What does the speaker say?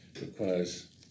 requires